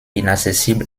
inaccessible